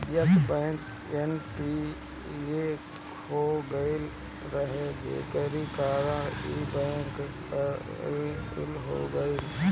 Yes bank NPA हो गईल रहे जेकरी कारण इ बैंक करप्ट हो गईल